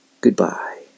goodbye